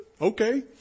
Okay